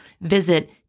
Visit